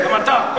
גם אתה.